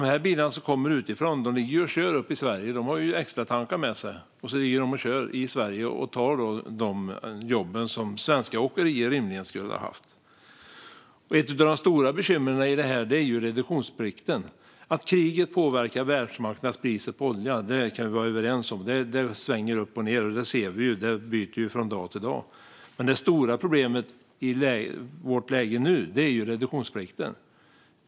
Lastbilarna som kommer utifrån ligger och kör upp i Sverige. De har extratankar med sig. Sedan ligger de och kör i Sverige och tar de jobb som svenska åkerier rimligen skulle ha haft. Ett av de stora bekymren i detta är reduktionsplikten. Att kriget påverkar världsmarknadspriset på olja kan vi vara överens om. Det svänger upp och ned. Vi ser att det ändras från dag till dag. Men det stora problemet i vårt läge nu är reduktionsplikten.